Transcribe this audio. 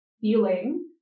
feeling